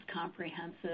comprehensive